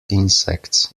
insects